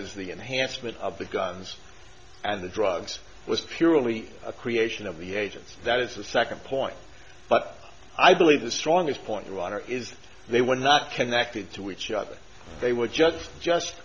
is the enhancement of the guns and the drugs was purely a creation of the agent that is the second point but i believe the strongest point to runner is they were not connected to each other they were just just